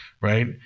right